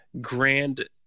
grand